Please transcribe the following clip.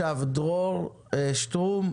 השני,